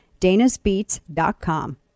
danasbeats.com